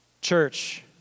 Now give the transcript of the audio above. Church